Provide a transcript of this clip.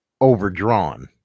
overdrawn